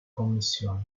commissione